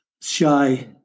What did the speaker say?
shy